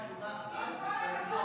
אל תחנכו אותנו,